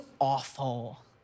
awful